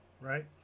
right